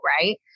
right